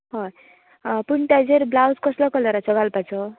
हय पूण तेजेर ब्लावज कसल्या कलराचो घालपाचो